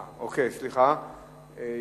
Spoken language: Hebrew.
סליחה,